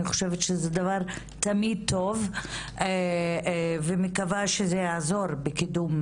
אני חושבת שזה דבר תמיד טוב ומקווה שזה יעזור בקידום